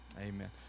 Amen